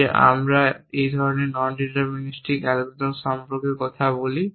যে আমরা এই ধরনের ননডেটার্মিসাম অ্যালগরিদম সম্পর্কে কথা বলি